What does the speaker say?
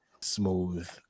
smooth